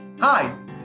Hi